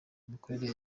imikorere